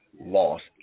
lost